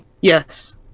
Yes